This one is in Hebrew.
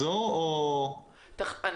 לגבי אופן ביצוע העבודה בחשבות עצמה או